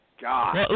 God